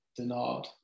Denard